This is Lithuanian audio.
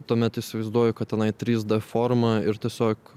tuomet įsivaizduoju kad tenai trys d forma ir tiesiog